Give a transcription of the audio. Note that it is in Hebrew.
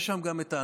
יש שם גם אנרכיסטים.